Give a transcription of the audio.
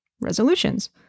resolutions